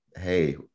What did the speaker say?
hey